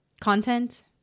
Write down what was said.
content